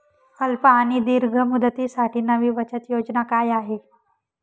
अल्प आणि दीर्घ मुदतीसाठी नवी बचत योजना काय आहे?